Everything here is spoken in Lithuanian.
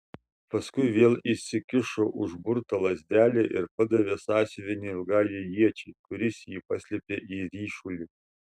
paskui vėl įsikišo užburtą lazdelę ir padavė sąsiuvinį ilgajai iečiai kuris jį paslėpė į ryšulį